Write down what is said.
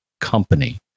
Company